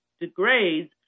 degrades